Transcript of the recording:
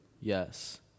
yes